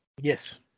Yes